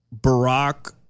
Barack